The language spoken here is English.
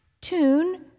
tune